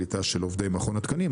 לקליטה של עובדי מכון התקנים,